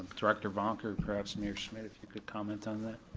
director vonck, or perhaps mayor schmitt, if you could comment on that.